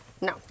No